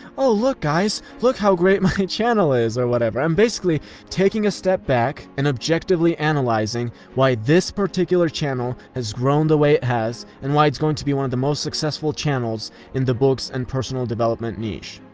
oh, look guys! look how great my channel is or whatever. i'm basically taking a step back and objectively analyzing why this particular channel has grown the way it has, and why it's going to be one of the most successful channels in the books and personal development niche.